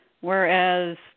whereas